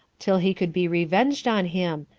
till he could be revenged on him,